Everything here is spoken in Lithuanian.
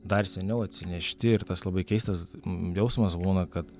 dar seniau atsinešti ir tas labai keistas jausmas būna kad